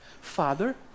Father